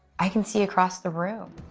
i can see across the room.